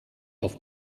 auf